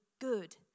good